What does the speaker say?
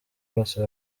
bose